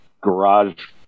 garage